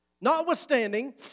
notwithstanding